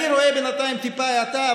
אני רואה בינתיים טיפה האטה,